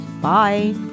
Bye